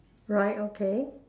right okay